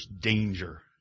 danger